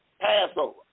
Passover